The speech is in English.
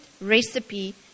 recipe